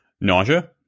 nausea